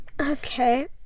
Okay